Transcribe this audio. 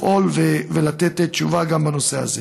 לפעול ולתת תשובה גם בנושא הזה.